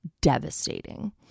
devastating